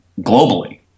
globally